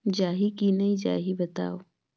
जाही की नइ जाही बताव?